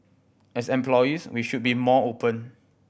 as employees we should be more open